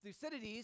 Thucydides